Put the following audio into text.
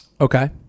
Okay